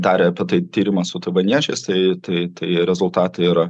darė apie tai tyrimus su taivaniečiais tai tai tai rezultatai yra